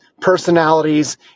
personalities